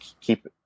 keep